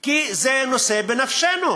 כי זה נושא בנפשנו.